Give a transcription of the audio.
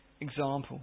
example